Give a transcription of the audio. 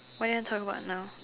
what you talk about now